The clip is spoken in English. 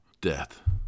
death